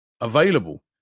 Available